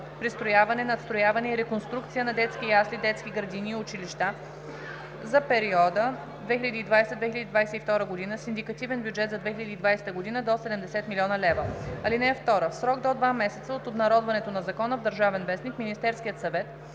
пристрояване, надстрояване и реконструкция на детски ясли, детски градини и училища за периода 2020 – 2022 г., с индикативен бюджет за 2020 г. до 70 млн. лв. (2) В срок до два месеца от обнародването на закона в „Държавен вестник“ Министерският съвет